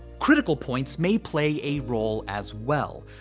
critical points may play a role as well.